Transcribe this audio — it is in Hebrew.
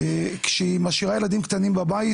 כשהיא משאירה ילדים קטנים בבית,